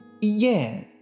Yeah